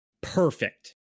perfect